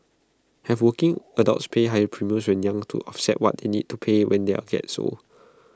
have working adults pay higher premiums when young to offset what they need to pay when they get old